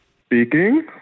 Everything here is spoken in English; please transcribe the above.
Speaking